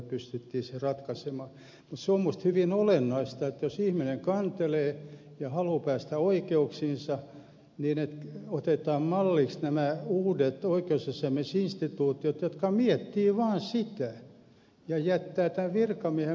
mutta se on minusta hyvin olennaista että jos ihminen kantelee ja haluaa päästä oikeuksiinsa niin otetaan malliksi nämä uudet oikeusasiamiesinstituutiot jotka miettivät vaan sitä ja jättävät tämän virkamiehen moittimisen sivuun